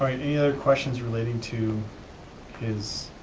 any other questions relating to his